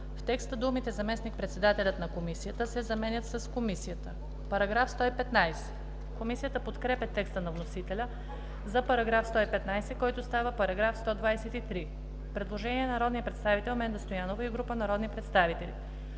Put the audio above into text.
В текста думите „Заместник-председателят на комисията“ се заменят с „Комисията“.“ Комисията подкрепя текста на вносителя за § 115, който става § 123. Предложение на народния представител Менда Стоянова и група народни представители.